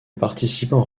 participant